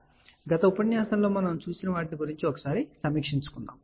కాబట్టి గత ఉపన్యాసంలో మనం చూసిన వాటి గురించి overview చూద్దాం